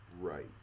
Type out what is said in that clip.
Right